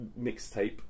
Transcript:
mixtape